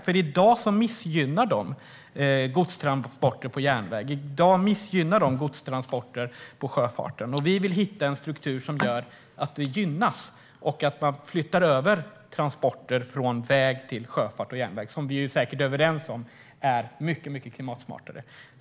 I dag missgynnar man godstransporter på järnväg och i sjöfart. Vi vill hitta en struktur som gör att dessa transporter gynnas och att man flyttar över transporter från väg till sjöfart och järnväg, vilket vi säkert är överens om är mycket klimatsmartare.